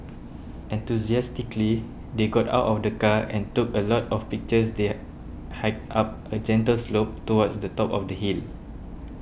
enthusiastically they got out of the car and took a lot of pictures they hiked up a gentle slope towards the top of the hill